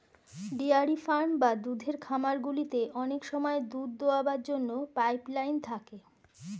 dairy farm বা দুধের খামারগুলিতে অনেক সময় দুধ দোয়াবার জন্য পাইপ লাইন থাকে